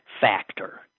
factor